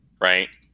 right